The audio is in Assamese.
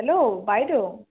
হেল্ল' বাইদেউ